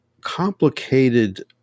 complicated